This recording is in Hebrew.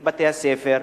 את בתי-הספר,